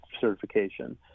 certification